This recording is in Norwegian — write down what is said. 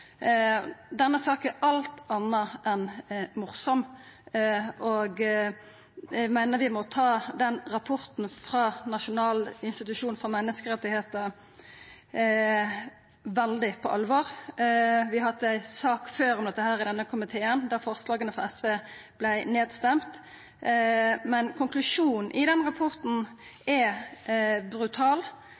Denne saka er alt anna enn «morsom», og eg meiner vi må ta den rapporten frå Nasjonal institusjon for menneskerettigheter veldig på alvor. Vi har hatt ei sak om dette før i denne komiteen, der forslaga frå SV vart stemde ned, men konklusjonen i den rapporten er brutal.